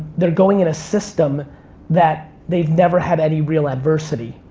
they're going in a system that they've never had any real adversity.